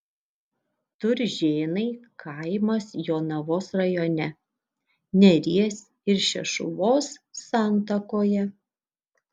turžėnai kaimas jonavos rajone neries ir šešuvos santakoje